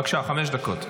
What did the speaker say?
בבקשה, חמש דקות.